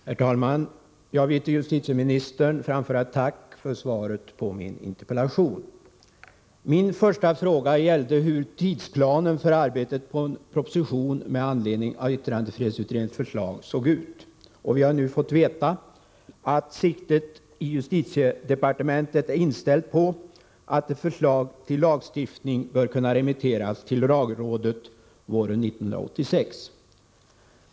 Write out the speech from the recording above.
Herr talman! Jag vill till justitieministern framföra ett tack för svaret på min interpellation. Min första fråga gällde hur tidsplanen för arbetet på en proposition med anledning av yttrandefrihetsutredningens förslag såg ut. Vi har nu fått veta att siktet i justitiedepartementet är inställt på att ett förslag till lagstiftning bör kunna remitteras till lagrådet våren 1986.